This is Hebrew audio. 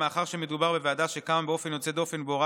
ביטוח בריאות ממלכתי,